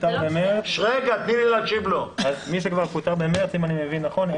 פוטר במרס אם אני מבין נכון,